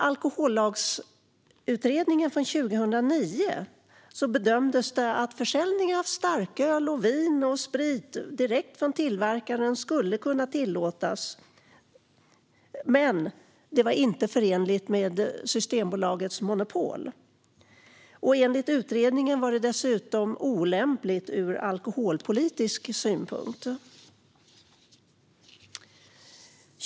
Alkohollagsutredningen bedömde 2009 att försäljning av starköl, vin och sprit direkt från tillverkaren inte skulle kunna tillåtas då det inte var förenligt med Systembolagets monopol. Enligt utredningen var det dessutom olämpligt ur alkoholpolitisk synpunkt.